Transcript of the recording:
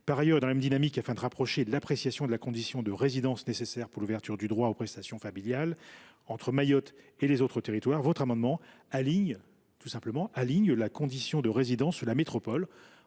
Par ailleurs, dans la même dynamique, afin de rapprocher l’appréciation de la condition de résidence nécessaire pour l’ouverture du droit aux prestations familiales entre Mayotte et les autres territoires, il est prévu d’aligner la condition de résidence sur la métropole,